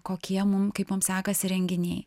kokie mum kaip mum sekasi renginiai